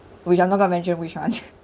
which I'm not going to mention which [one]